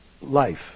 life